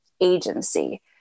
agency